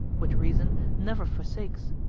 which reason never forsakes,